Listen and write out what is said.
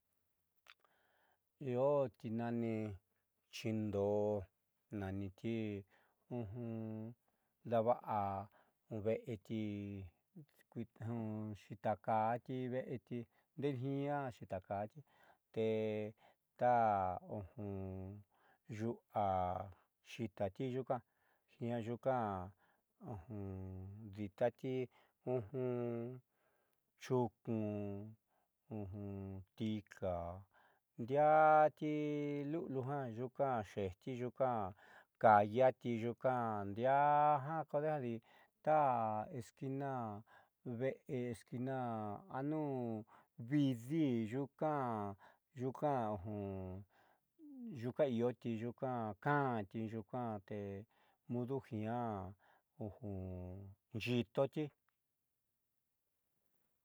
Ioti nani chindoó naniti dava'a ve'eti xitakaati ye'eti nde'enijiiña xitakati ve'eti te ta yu'uaxiitati nyuuka yuunka diitati nchuuku. tika ndiaati lu'uliujayuunka xeejti yuuhka kayati yuuka ndi'aaja kadaddita esquina ve'e esquina nuuvííoli nyuuka nyuuka nyuuka kaanti mudijiaa nxíitoti.